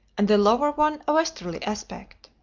and the lower one a westerly, aspect.